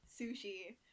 sushi